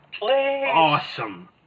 awesome